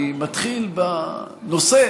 אני מתחיל בנושא